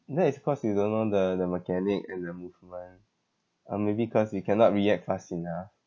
that is because you don't know the the mechanic and the movement or maybe cause you cannot react fast enough